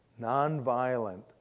Nonviolent